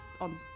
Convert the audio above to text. on